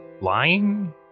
lying